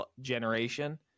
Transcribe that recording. generation